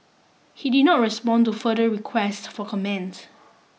he did not respond to further requests for comment